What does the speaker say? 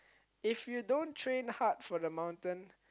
if you don't train hard for the mountain